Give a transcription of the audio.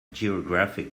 geography